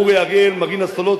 אורי אריאל,